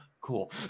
Cool